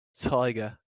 tiger